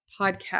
podcast